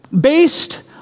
based